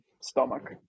stomach